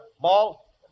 Ball